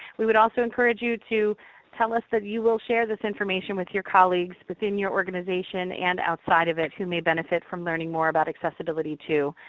we would also encourage you to tell us that you will share this information with your colleagues within your organization and outside of it who may benefit from learning more about accessibility too.